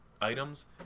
items